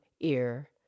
ear